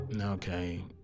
Okay